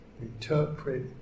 interpret